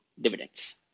dividends